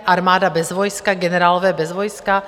Armáda bez vojska, generálové bez vojska?